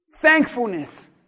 thankfulness